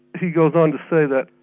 he goes on to say that,